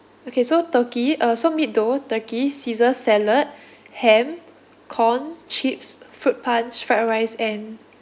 okay so turkey uh so meat dough turkey caesar salad ham corn chips fruit punch fried rice and